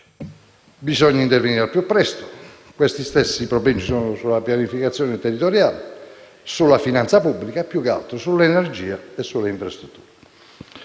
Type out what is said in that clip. Bisogna intervenire al più presto. Questi stessi problemi ci sono sulla pianificazione territoriale, sulla finanza pubblica, sull'energia e le infrastrutture.